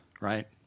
right